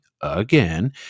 again